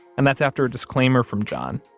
and that's after a disclaimer from john,